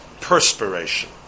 perspiration